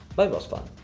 volleyball is fun.